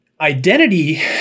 Identity